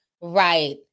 Right